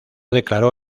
declaró